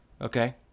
Okay